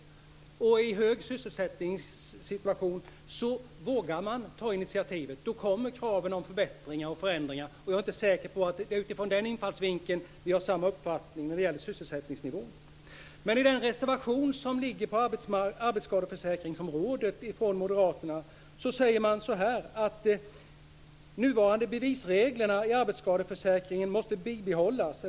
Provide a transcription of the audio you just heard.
När det nu är hög sysselsättning vågar man att ta initiativ. Då kommer kraven på förbättringar och förändringar. Jag är inte säker på att vi från den infallsvinkeln har samma uppfattning när det gäller sysselsättningsnivå. I moderaternas reservation angående arbetsskadeområdet säger man: Nuvarande bevisregler i arbetsskadeförsäkringen måste behållas.